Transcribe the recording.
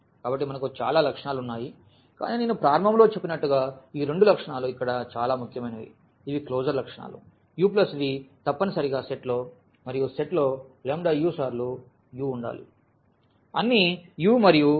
కాబట్టి మనకు చాలా లక్షణాలు ఉన్నాయి కానీ నేను ప్రారంభంలో చెప్పినట్లుగా ఈ రెండు లక్షణాలు ఇక్కడ చాలా ముఖ్యమైనవి ఇవి క్లోజర్ లక్షణాలు u v తప్పనిసరిగా సెట్లో మరియు సెట్లో u సార్లు u ఉండాలి అన్ని u మరియు అందరికీ నుండి R